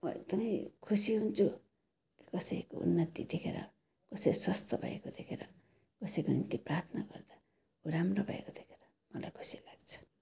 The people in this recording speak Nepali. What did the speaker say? म एकदमै खुसी हुन्छु कसैको उन्नति देखेर कसै स्वास्थ्य भएको देखेर कसैको निम्ति प्रार्थना गर्दा ऊ राम्रो भएको देखेर मलाई खुसी लाग्छ